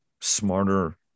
smarter